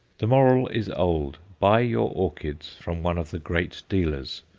the moral is old buy your orchids from one of the great dealers,